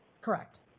Correct